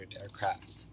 aircraft